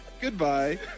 Goodbye